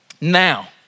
Now